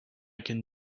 can